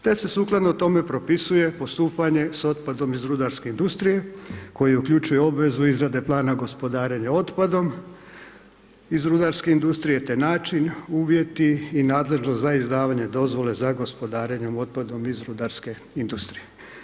Te se sukladno tome propisuje postupanje s otpadom iz rudarske industrije koji uključuje obvezu izrade Plana gospodarenja otpadom iz rudarske industrije, te način, uvjeti i nadležnost za izdavanje dozvole za gospodarenjem otpadom iz rudarske industrije.